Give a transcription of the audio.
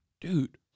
Dude